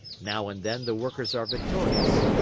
now and then the workers are victorious,